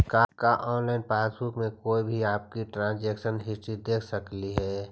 का online passbook में कोई भी आपकी ट्रांजेक्शन हिस्ट्री देख सकली हे